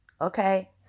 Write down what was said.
Okay